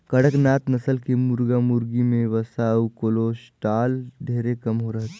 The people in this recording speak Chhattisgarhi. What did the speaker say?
कड़कनाथ नसल के मुरगा मुरगी में वसा अउ कोलेस्टाल ढेरे कम रहथे